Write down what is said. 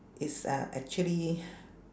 it's uh actually